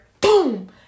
Boom